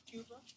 Cuba